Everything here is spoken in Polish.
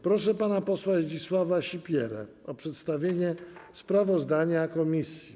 Proszę pana posła Zdzisława Sipierę o przedstawienie sprawozdania komisji.